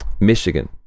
Michigan